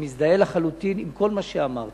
אני מזדהה לחלוטין עם כל מה שאמרת,